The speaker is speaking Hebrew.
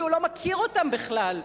כי הוא לא מכיר אותם בכלל.